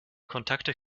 kontakte